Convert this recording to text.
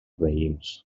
veïns